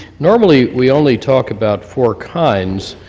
normally, we only talk about four kinds,